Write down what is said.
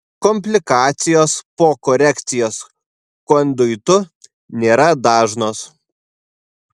komplikacijos po korekcijos konduitu nėra dažnos